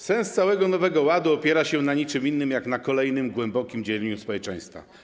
Sens całego Nowego Ładu nie opiera się na niczym innym jak na kolejnym głębokim dzieleniu społeczeństwa.